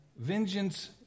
vengeance